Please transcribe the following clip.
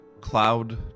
Cloud